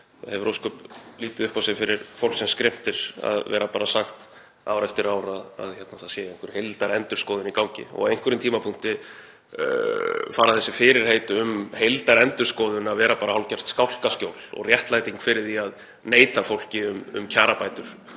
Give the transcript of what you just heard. það hefur ósköp lítið upp á sig fyrir fólk sem skrimtir að vera bara sagt ár eftir ár að það sé einhver heildarendurskoðun í gangi. Á einhverjum tímapunkti fara þessi fyrirheit um heildarendurskoðun að vera hálfgert skálkaskjól og réttlæting fyrir því að neita fólki um kjarabætur